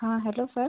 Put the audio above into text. हां hello sir